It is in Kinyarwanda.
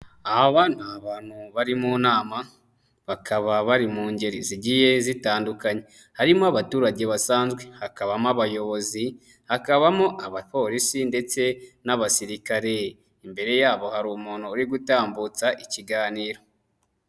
Aba ni abantu bari mu nama bakaba bari mu ngeri zigiye zitandukanye, harimo abaturage basanzwe, hakabamo abayobozi, hakabamo abapolisi ndetse n'abasirikare, imbere yabo hari umuntu uri gutambutsa ikiganiro.